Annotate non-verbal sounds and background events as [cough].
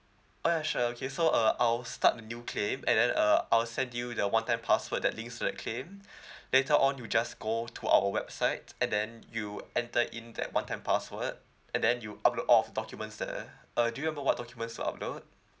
oh ya sure okay so uh I'll start the new claim and then uh I will send you the one time password that links to that claim [breath] later on you just go to our website and then you enter in that one time password and then you upload all of documents there uh do you remember what documents to upload